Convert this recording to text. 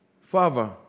Father